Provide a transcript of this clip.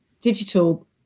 digital